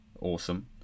Awesome